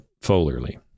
foliarly